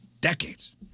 Decades